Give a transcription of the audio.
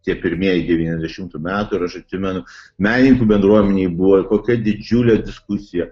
tie pirmieji devyniasdešimtų metų ir aš atsimenu menininkų bendruomenėj buvo kokia didžiulė diskusija